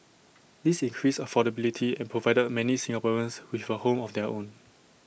this increased affordability and provided many Singaporeans with A home of their own